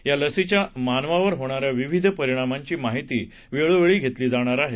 या लसीच्या मानवावर होणा या विविध परिणामाघी माहिती वेळोवेळी घेतली जाणार आहे